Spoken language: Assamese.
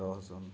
দহ জুন